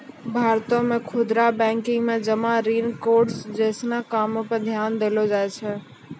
भारतो मे खुदरा बैंकिंग मे जमा ऋण कार्ड्स जैसनो कामो पे ध्यान देलो जाय छै